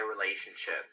relationship